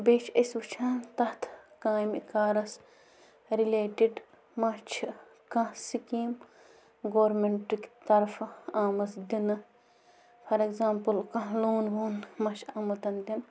بیٚیہِ چھِ أسۍ وٕچھان تَتھ کامہِ کارَس رِلیٹِڈ ما چھِ کانٛہہ سِکیٖم گورمٮ۪نٛٹٕکۍ طرفہٕ آمٕژ دِنہٕ فار اٮ۪گزامپٕل کانٛہہ لون وون مَہ چھِ آمُت دِنہٕ